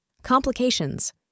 Complications